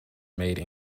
made